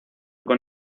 con